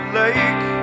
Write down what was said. lake